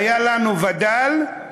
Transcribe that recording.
היה לנו וד"ל,